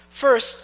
First